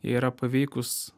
yra paveikūs